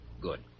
Good